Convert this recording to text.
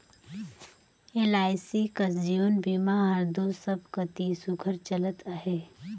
LIC कस जीवन बीमा हर दो सब कती सुग्घर चलत अहे